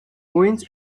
coins